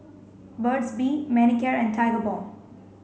Burt's bee Manicare and Tigerbalm